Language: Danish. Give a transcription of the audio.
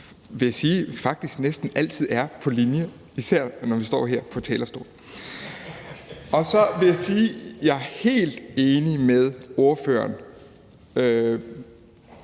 vil jeg sige, faktisk næsten altid er på linje, især når vi står her på talerstolen. Så vil jeg sige, at jeg er helt enig med spørgeren